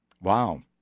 Wow